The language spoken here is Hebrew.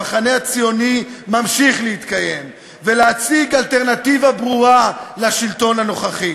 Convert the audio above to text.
המחנה הציוני ממשיך להתקיים ולהציג אלטרנטיבה ברורה לשלטון הנוכחי.